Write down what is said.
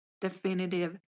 definitive